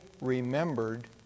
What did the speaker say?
remembered